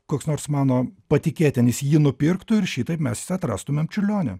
koks nors mano patikėtinis jį nupirktų ir šitaip mes atrastumėm čiurlionį